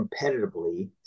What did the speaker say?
competitively